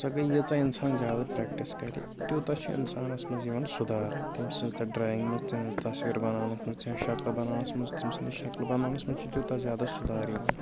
سۄ گٔے ییٖژاہ اِنسان زیادٕ پرٛٮ۪کٹِس کَرِ تیوٗتاہ چھُ اِنسانَس منٛز یِوان سُدھار تٔمۍ سٕنٛز تَتھ ڈرٛایِنٛگ منٛز تٔمۍ سٕنٛز تصویٖر بَناونَس منٛز تِم شکلہٕ بَناونَس منٛز تٔمۍ سٕنٛدِس شکلہٕ بَناونَس منٛز چھِ تیوٗتاہ زیادہ سُدھار یِوان